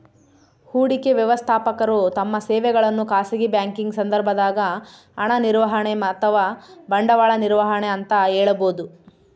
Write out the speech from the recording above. ಹೂಡಿಕೆ ವ್ಯವಸ್ಥಾಪಕರು ತಮ್ಮ ಸೇವೆಗಳನ್ನು ಖಾಸಗಿ ಬ್ಯಾಂಕಿಂಗ್ ಸಂದರ್ಭದಾಗ ಹಣ ನಿರ್ವಹಣೆ ಅಥವಾ ಬಂಡವಾಳ ನಿರ್ವಹಣೆ ಅಂತ ಹೇಳಬೋದು